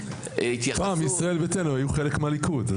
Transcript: פעם ישראל ביתנו היו חלק מהליכוד.